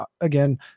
again